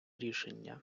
рішення